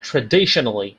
traditionally